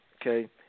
okay